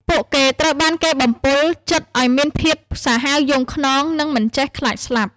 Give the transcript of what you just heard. ពួកគេត្រូវបានគេបំពុលចិត្តឱ្យមានភាពសាហាវយង់ឃ្នង និងមិនចេះខ្លាចស្លាប់។